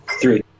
Three